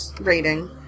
rating